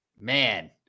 Man